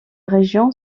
région